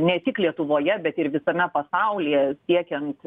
ne tik lietuvoje bet ir visame pasaulyje siekiant